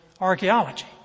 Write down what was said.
archaeology